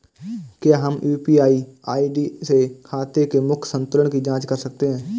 क्या हम UPI ID से खाते के मूख्य संतुलन की जाँच कर सकते हैं?